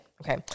okay